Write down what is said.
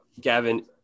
Gavin